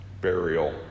burial